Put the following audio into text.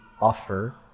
offer